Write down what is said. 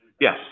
Yes